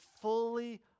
fully